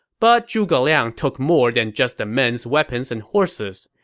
but zhuge liang took more than just the men's weapons and horses.